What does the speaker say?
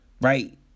right